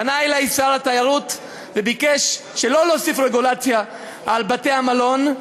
פנה אלי שר התיירות וביקש שלא להוסיף רגולציה על בתי-המלון,